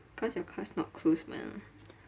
cause your class not close mah